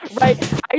right